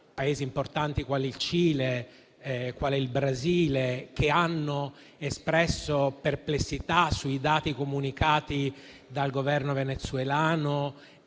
Paesi importanti quali il Cile e il Brasile, che hanno espresso perplessità sui dati comunicati dal Governo venezuelano